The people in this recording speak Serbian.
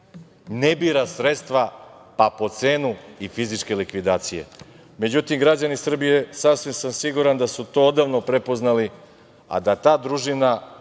ne bira sredstva, pa po cenu i fizičke likvidacije.Međutim, građani Srbije, sasvim sam siguran da su to odavno prepoznali, a da ta družina